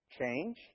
Change